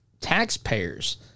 taxpayers